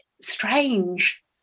strange